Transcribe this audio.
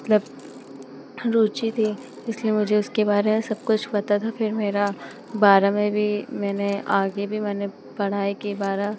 मतलब हं रुचि थी इसलिए मुझे उसके बारे में सब कुछ पता था फिर मेरा बारह में भी मैंने आगे भी मैंने पढ़ाई की बारह